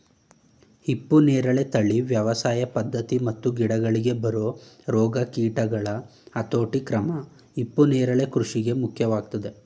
ಹಿಪ್ಪುನೇರಳೆ ತಳಿ ವ್ಯವಸಾಯ ಪದ್ಧತಿ ಮತ್ತು ಗಿಡಗಳಿಗೆ ಬರೊ ರೋಗ ಕೀಟಗಳ ಹತೋಟಿಕ್ರಮ ಹಿಪ್ಪುನರಳೆ ಕೃಷಿಗೆ ಮುಖ್ಯವಾಗಯ್ತೆ